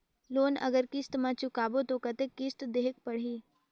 Loan अगर किस्त म चुकाबो तो कतेक किस्त देहेक पढ़ही?